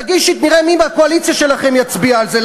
תגישי ונראה מי מהקואליציה שלכם יצביע על זה.